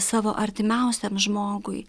savo artimiausiam žmogui